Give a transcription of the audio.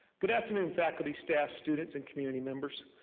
good afternoon, faculty, staff, students, and community members.